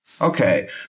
Okay